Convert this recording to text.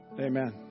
Amen